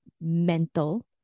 mental